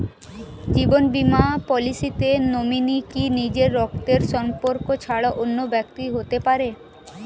জীবন বীমা পলিসিতে নমিনি কি নিজের রক্তের সম্পর্ক ছাড়া অন্য ব্যক্তি হতে পারে?